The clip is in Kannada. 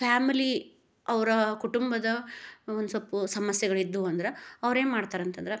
ಫ್ಯಾಮ್ಲಿ ಅವರ ಕುಟುಂಬದ ಒಂದು ಸ್ವಲ್ಪ್ ಸಮಸ್ಯೆಗಳಿದ್ದವು ಅಂದ್ರೆ ಅವ್ರೇನು ಮಾಡ್ತಾರಂತಂದ್ರೆ